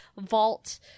vault